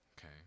okay